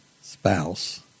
spouse